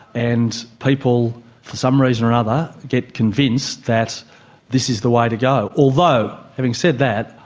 and people for some reason or another get convinced that this is the way to go. although, having said that,